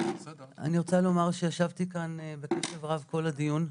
אני רוצה לומר שישבתי כאן בקשב רב כל הדיון.